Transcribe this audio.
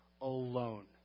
alone